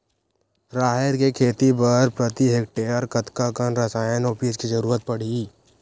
राहेर के खेती बर प्रति हेक्टेयर कतका कन रसायन अउ बीज के जरूरत पड़ही?